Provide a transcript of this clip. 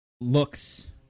looks